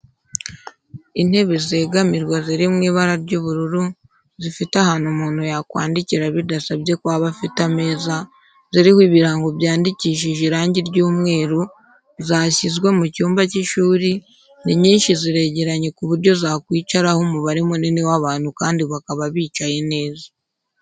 Intebe zegamirwa ziri mu ibara ry'ubururu, zifite ahantu umuntu yakwandikira bidasabye ko aba afite ameza ziriho ibirango byandikishije irangi ry'umweru zashyizwe mu cyumba cy'ishuri, ni nyinshi ziregaranye ku buryo zakwicaraho umubare munini w'abantu kandi bakaba bicaye neza.